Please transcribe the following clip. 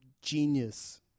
genius